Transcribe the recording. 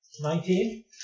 Nineteen